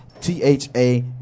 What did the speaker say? T-H-A